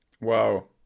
wow